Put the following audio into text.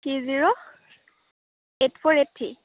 three zero eight four eight three